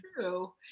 true